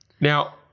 Now-